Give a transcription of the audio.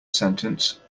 sentence